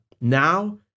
Now